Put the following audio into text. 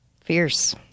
Fierce